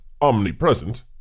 omnipresent